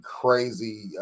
crazy